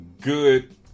good